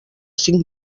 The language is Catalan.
cinc